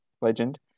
legend